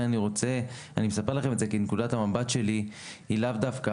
אני רוצה ואני מספר לכם את זה כי נקודת המבט שלי היא לאו דווקא